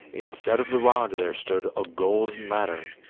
instead of the rod, there stood a golden ladder,